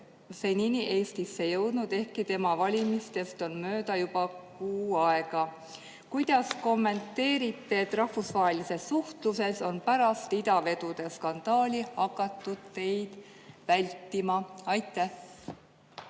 senini Eestisse jõudnud, ehkki tema valimisest on möödas juba kuu aega. Kuidas kommenteerite, et rahvusvahelises suhtluses on pärast idavedude skandaali hakatud teid vältima? Aitäh,